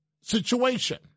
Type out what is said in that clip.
situation